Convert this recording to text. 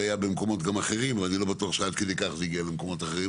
במקומות אחרים אבל אני לא בטוח שעד כדי כך זה הגיע למקומות אחרים,